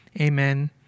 Amen